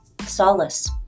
solace